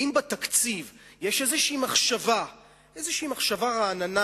האם בתקציב יש איזו מחשבה רעננה,